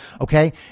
Okay